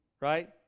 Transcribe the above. Right